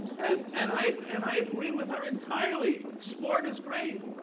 and and i and i agree with her entirely, sport is great,